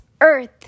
earth